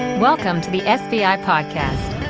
welcome to the sbi podcast.